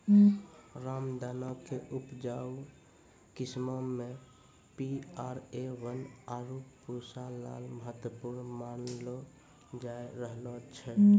रामदाना के उपजाऊ किस्मो मे पी.आर.ए वन, आरु पूसा लाल महत्वपूर्ण मानलो जाय रहलो छै